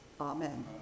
Amen